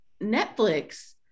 Netflix